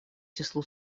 числу